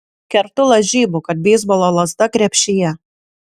kertu lažybų kad beisbolo lazda krepšyje